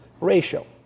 ratio